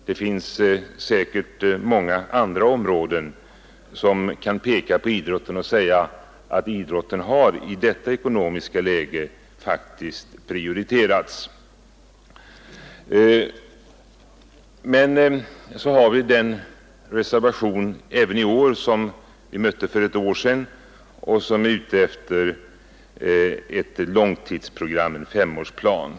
Man kan säkert på många andra områden peka på idrotten och säga att idrotten har i detta ekonomiska läge faktiskt prioriterats. Men så har vi även i år samma reservation som vi mötte för ett år sedan, där man är ute efter ett långtidsprogram, en femårsplan.